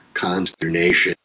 Consternation